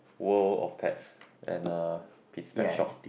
World of Pets and uh Pete's Pet Shop